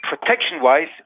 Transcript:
protection-wise